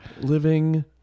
living